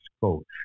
coach